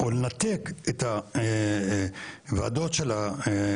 או לנתק את הוועדות הגיאוגרפיות,